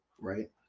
Right